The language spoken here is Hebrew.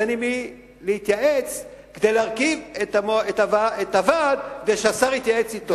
אז אין עם מי להתייעץ כדי להרכיב את הוועד כדי שהשר יתייעץ אתו.